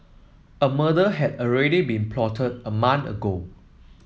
a murder had already been plotted a month ago